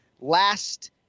last